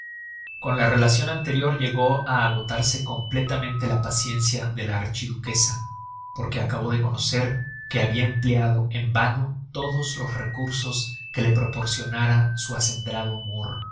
con la relacion anterior llegó á agotarse completamente la paciencia de la archiduquesa porque acabó de conocer que habia empleado en vano todos los recursos que le proporcionara su acendrado amor